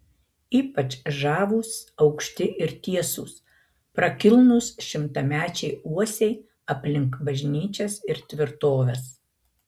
ypač žavūs aukšti ir tiesūs prakilnūs šimtamečiai uosiai aplink bažnyčias ir tvirtoves